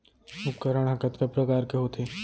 उपकरण हा कतका प्रकार के होथे?